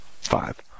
Five